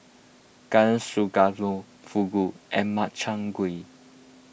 Garden Stroganoff Fugu and Makchang Gui